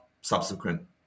subsequent